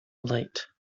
late